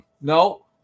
No